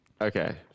Okay